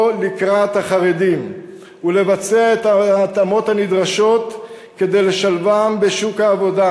לקראת החרדים ולבצע את ההתאמות הנדרשות כדי לשלבם בשוק העבודה.